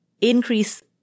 increase